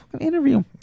interview